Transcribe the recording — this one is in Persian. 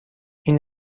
این